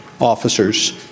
officers